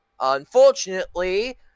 Unfortunately